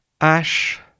Ash